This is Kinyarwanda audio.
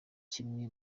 kimwe